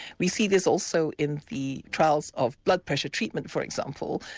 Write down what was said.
we see this also in the trials of blood pressure treatment, for example,